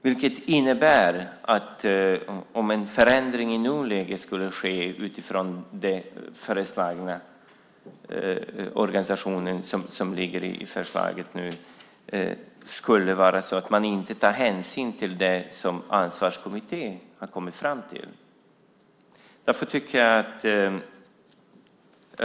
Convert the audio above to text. Detta innebär att om en förändring i nuläget skulle ske utifrån den organisation som finns i förslaget skulle man inte ta hänsyn till det som Ansvarskommittén har kommit fram till.